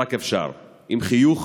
שרק אפשר, עם חיוך